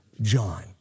John